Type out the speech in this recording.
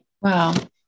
Wow